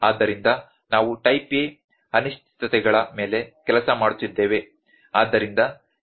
ಆದ್ದರಿಂದ ನಾವು type A ಅನಿಶ್ಚಿತತೆಗಳ ಮೇಲೆ ಕೆಲಸ ಮಾಡುತ್ತಿದ್ದೇವೆ